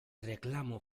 reclamo